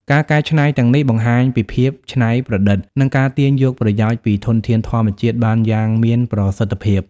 ការកែច្នៃទាំងនេះបង្ហាញពីភាពច្នៃប្រឌិត និងការទាញយកប្រយោជន៍ពីធនធានធម្មជាតិបានយ៉ាងមានប្រសិទ្ធភាព។